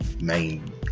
main